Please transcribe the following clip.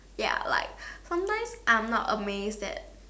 ya like sometime sia I am not amazed at